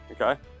Okay